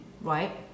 right